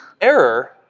error